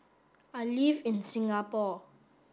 I live in Singapore